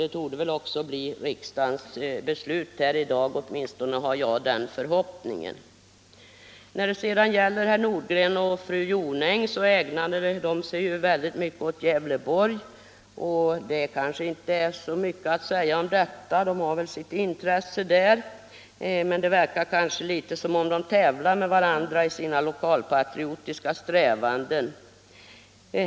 Det torde också bli riksdagens beslut i dag — åtminstone hyser jag den förhoppningen. Herr Nordgren och fru Jonäng ägnar sig mycket åt Gävleborgs län. Det kanske inte är så mycket att säga om detta. De har väl sitt intresse där. Men det verkar som om de tävlar med varandra i sina lokalpatriotiska strävanden.